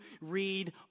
read